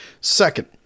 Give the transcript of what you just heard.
Second